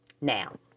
Now